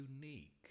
unique